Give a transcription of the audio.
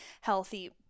healthy